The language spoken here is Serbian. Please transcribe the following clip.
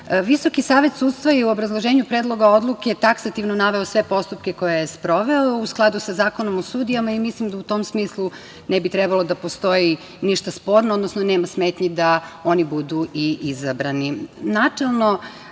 savet sudstva je u obrazloženju Predloga odluke taksativno naveo sve postupke koje je sproveo u skladu sa Zakonom o sudijama. Mislim da u tom smislu ne bi trebalo da postoji ništa sporno, odnosno nema smetnji da oni budu i izabrani. Načelno,